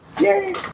Yay